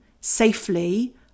safely